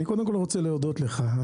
קודם כול, אני רוצה להודות לך.